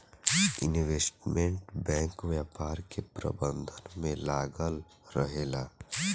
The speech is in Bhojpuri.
इन्वेस्टमेंट बैंक व्यापार के प्रबंधन में लागल रहेला